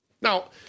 Now